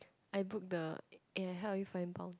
I book the eh I help you find bounce